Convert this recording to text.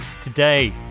today